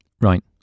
Right